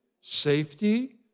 safety